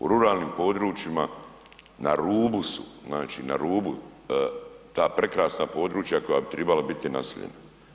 U ruralnim područjima na rubu su, znači na rubu ta prekrasna područja koja bi trebala biti naseljena.